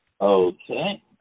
Okay